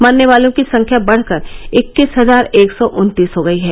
मरने वालों की संख्या बढकर इक्कीस हजार एक सौ उन्तीस हो गई है